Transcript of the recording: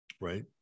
right